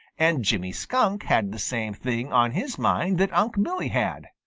and jimmy skunk had the same thing on his mind that unc' billy had.